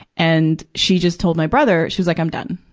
and she just told my brother, she's like, i'm done.